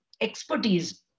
expertise